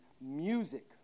music